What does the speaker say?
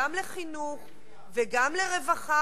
גם לחינוך וגם לרווחה.